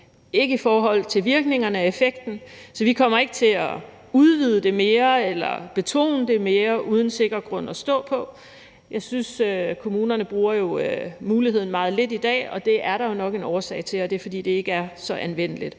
ikke i forhold til virkningerne af effekten. Så vi kommer ikke til at udvide det mere eller betone det mere uden sikker grund at stå på. Jeg synes, at kommunerne bruger muligheden meget lidt i dag, og det er der jo nok en årsag til, og den er, at det ikke er så anvendeligt.